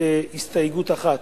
הסתייגות אחת,